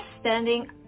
standing